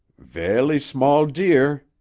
velly small deer,